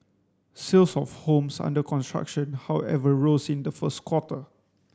sales of homes under construction however rose in the first quarter